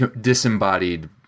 Disembodied